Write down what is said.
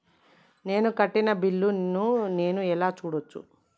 నేను కట్టిన బిల్లు ను నేను ఎలా చూడచ్చు?